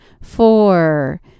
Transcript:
four